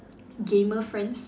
gamer friends